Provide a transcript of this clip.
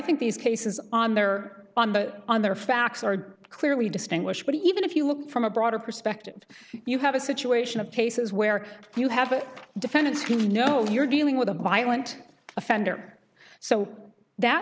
think these cases on their on that on their facts are clearly distinguished but even if you look from a broader perspective you have a situation of cases where you have defendants you know you're dealing with a violent offender so that